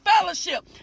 fellowship